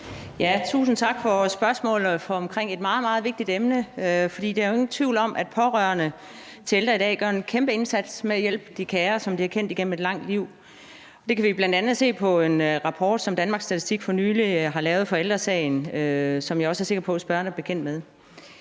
Tusind tak for spørgsmålet om et meget, meget vigtigt emne. For der er jo ingen tvivl om, at pårørende til ældre i dag gør en kæmpe indsats for at hjælpe deres kære, som de har kendt igennem et langt liv. Det kan vi bl.a. se på en rapport, som Danmarks Statistik for nylig har lavet for Ældre Sagen, og som jeg også er sikker på at spørgeren er bekendt med.